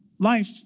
Life